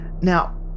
Now